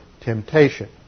temptation